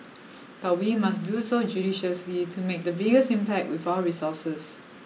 but we must do so judiciously to make the biggest impact with our resources